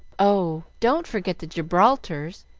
oh, don't forget the gibraltars!